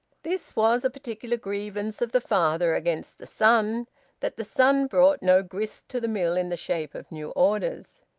this was a particular grievance of the father against the son that the son brought no grist to the mill in the shape of new orders.